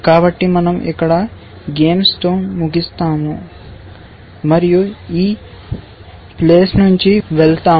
కాబట్టి మన০ ఇక్కడ గేమ్స్ తో ముగుస్తాము మరియు ఈ ప్లేస్ నుంచి వెళ్తాము